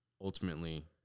ultimately